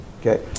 okay